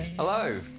Hello